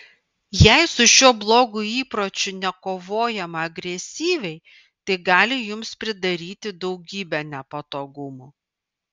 jei su šiuo blogu įpročiu nekovojama agresyviai tai gali jums pridaryti daugybę nepatogumų